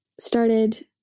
started